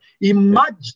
Imagine